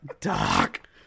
Doc